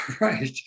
right